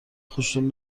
خوشتون